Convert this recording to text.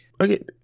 Okay